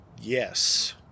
yes